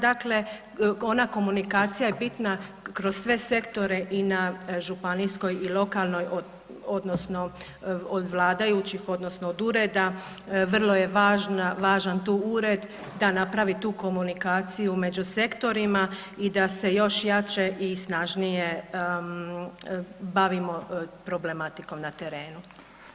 Dakle, ona komunikacija je bitna kroz sve sektore i na županijskoj i lokalnoj odnosno od vladajućih odnosno od ureda, vrlo je važan tu ured da napravi tu komunikaciju među sektorima i da se još jače i snažnije bavimo problematikom na terenu.